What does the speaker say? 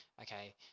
okay